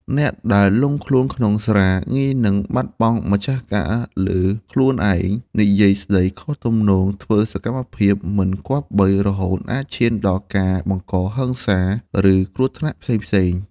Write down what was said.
អ្នកដែលលង់ខ្លួនក្នុងស្រា ងាយនឹងបាត់បង់ម្ចាស់ការលើខ្លួនឯង និយាយស្តីខុសទំនង ធ្វើសកម្មភាពមិនគប្បី រហូតអាចឈានដល់ការបង្កហិង្សា ឬគ្រោះថ្នាក់ផ្សេងៗ។